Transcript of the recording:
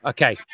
Okay